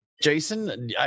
Jason